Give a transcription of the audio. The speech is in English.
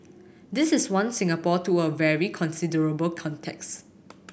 this is one Singapore to a very considerable context